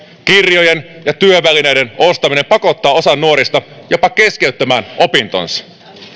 kirjojen ja työvälineiden ostaminen pakottaa osan nuorista keskeyttämään opintonsa